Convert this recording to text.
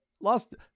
Lost